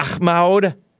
Ahmad